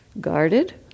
guarded